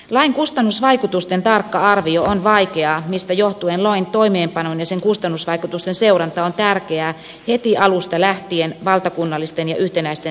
lain kustannusvaikutusten tarkka arvio on vaikeaa mistä johtuen lain toimeenpanon ja sen kustannusvaikutusten seuranta on tärkeää heti alusta lähtien valtakunnallisten ja yhtenäisten seurantaindikaattorien kautta